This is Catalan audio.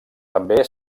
també